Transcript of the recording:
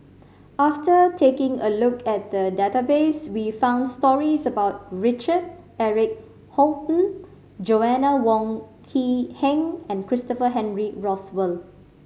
after taking a look at the database we found stories about Richard Eric Holttum Joanna Wong Quee Heng and Christopher Henry Rothwell